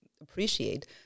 appreciate